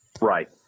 Right